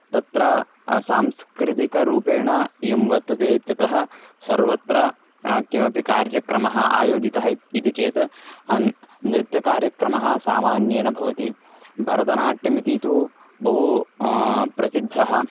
तत्र सांस्कृतिकरूपेण इयं वर्तते इत्यतः सर्वत्र किमपि कार्यक्रमः आयोजितः इति चेत् नृत्यकार्यक्रमः सामान्येन भवति भरतनाट्यम् इति तु बहु प्रसिद्धः